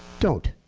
don't.